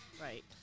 right